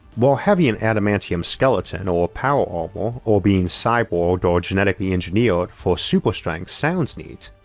while having an adamantium skeleton or power armor or being cyborged or genetically engineered for super strength sounds neat,